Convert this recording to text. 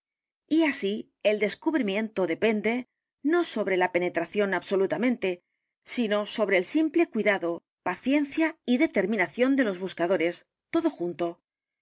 y así el descubrimiento depende no sobre la penetración absolutamente sino sobre el simple cuidado paciencia y determinación de los buscadores todo junto